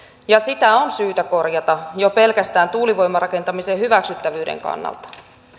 ja sitä on syytä korjata jo pelkästään tuulivoimarakentamisen hyväksyttävyyden kannalta